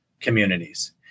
communities